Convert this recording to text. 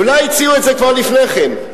אולי הציעו את זה כבר לפני כן.